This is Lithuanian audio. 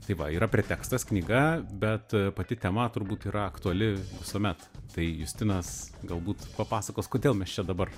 tai va yra pretekstas knyga bet pati tema turbūt yra aktuali visuomet tai justinas galbūt papasakos kodėl mes čia dabar